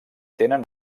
tenen